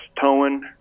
towing